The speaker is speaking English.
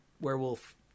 werewolf